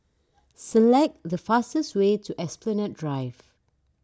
select the fastest way to Esplanade Drive